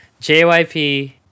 JYP